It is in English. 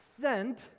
sent